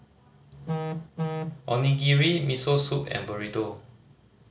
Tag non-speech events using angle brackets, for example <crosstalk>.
<noise> Onigiri Miso Soup and Burrito